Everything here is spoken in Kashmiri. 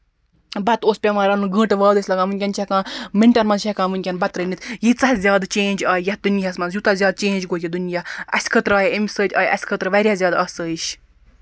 پَتہٕ اوس پٮ۪وان رَنُن گٲنٹہٕ واد ٲسۍ لگان ؤنکٮ۪ن چھِ ہٮ۪کان مِنٹَن منٛز چھِ ہٮ۪کان ؤنکٮ۪ن بَتہٕ رٔنِتھ یِژاھ زیادٕ چٮ۪نج آیہِ یَتھ دُنیاہَس منٛز یوٗتاہ زیادٕ چٮ۪نج گوٚو یہِ دُنیاہ اَسہِ خٲطرٕ آیہِ اَمہِ سۭتۍ آیہِ واریاہ زیادٕ آسٲیِسش